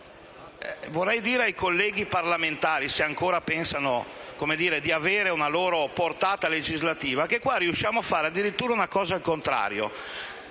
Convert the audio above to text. Vorrei dire ai colleghi parlamentari, se ancora pensano di avere una loro portata legislativa, che qui riusciamo a fare addirittura una cosa al contrario,